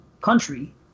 country